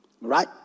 Right